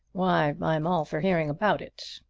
why i'm all for hearing about it.